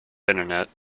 internet